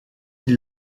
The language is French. ils